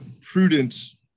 prudence